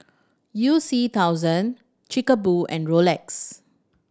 You C thousand Chic Boo and Rolex